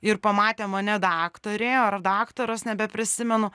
ir pamatė mane daktarė ar daktaras nebeprisimenu